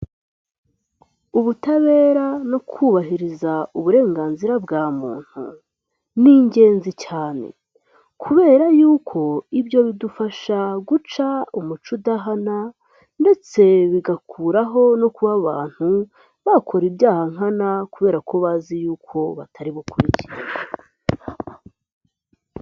Ubutabera no kubahiriza uburenganzira bwa muntu ni ingenzi cyane kubera y'uko ibyo bidufasha guca umuco udahana ndetse bigakuraho no kuba abantu bakora ibyaha nkana kubera ko bazi y'uko batari bukurikiranwe.